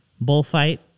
Bullfight